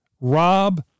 rob